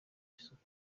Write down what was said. isuku